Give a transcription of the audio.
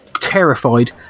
terrified